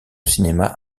cinéma